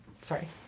Sorry